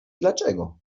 dlaczego